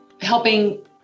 helping